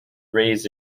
raised